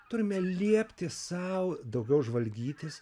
turime liepti sau daugiau žvalgytis